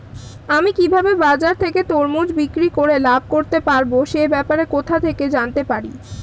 আমি কিভাবে বাজার থেকে তরমুজ বিক্রি করে লাভ করতে পারব সে ব্যাপারে কোথা থেকে জানতে পারি?